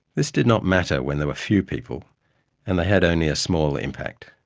this did not matter when there were few people and they had only a small impact.